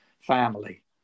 family